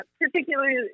particularly